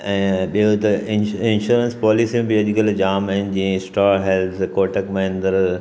ऐं ॿियों त इंश्यो इंश्योरेंस पॉलिसियूं बि अॼुकल्ह जामु आहिनि जीअं स्ट्रॉ हेल्थ कोटक महेंद्र